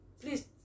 please